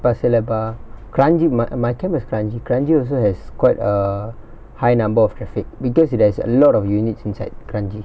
pasir laba kranji my my camp is kranji kranji also has quite a high number of traffic because it has a lot of units inside kranji